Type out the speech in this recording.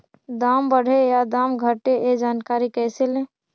दाम बढ़े या दाम घटे ए जानकारी कैसे ले?